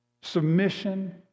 submission